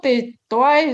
tai toj